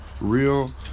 Real